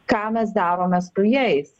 ką mes darome su jais